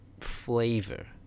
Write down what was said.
flavor